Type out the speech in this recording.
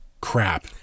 crap